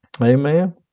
amen